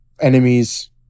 enemies